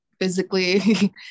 physically